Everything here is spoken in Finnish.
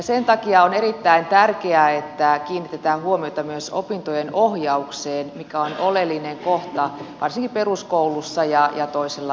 sen takia on erittäin tärkeää että kiinnitetään huomiota myös opintojen ohjaukseen mikä on oleellinen kohta varsinkin peruskoulussa ja toisella asteellakin